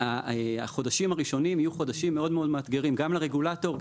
החודשים הראשונים יהיו חודשים מאוד מאתגרים גם לרגולטור,